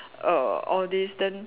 err all these then